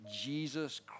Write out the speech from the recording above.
Jesus